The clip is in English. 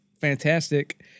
fantastic